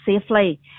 safely